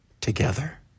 together